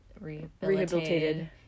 rehabilitated